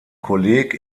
kolleg